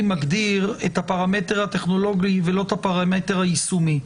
מגדיר את הפרמטר הטכנולוגי ולא את הפרמטר היישומי.